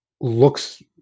looks